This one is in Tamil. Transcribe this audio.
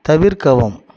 தவிர்க்கவும்